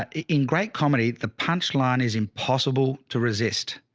ah in great comedy, the punch line is impossible to resist.